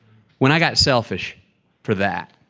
when i got selfish for that,